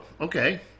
okay